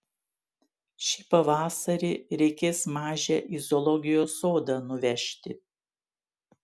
šį pavasarį reikės mažę į zoologijos sodą nuvežti